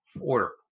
order